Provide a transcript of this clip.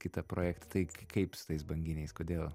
kitą projektą tai k kaip su tais banginiais kodėl